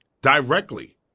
directly